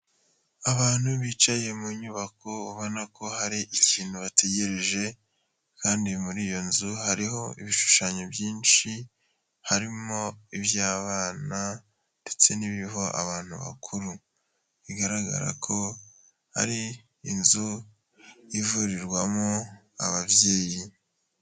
Abantu bicaye mu nyubako, ubona ko hari ikintu bategereje, kandi muri iyo nzu hariho ibishushanyo byinshi, harimo iby'abana, ndetse n'ibiriho abantu bakuru, bigaragara ko ari inzu ivurirwamo ababyeyi.